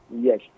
Yes